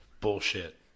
bullshit